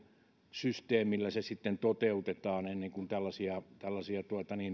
systeemillä se sitten toteutetaan ennen kuin tällaisia tällaisia